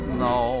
no